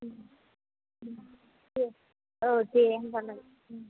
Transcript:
औ दे होमबालाय